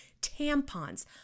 tampons